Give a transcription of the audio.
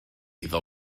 iddo